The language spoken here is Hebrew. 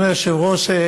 אדוני היושב-ראש,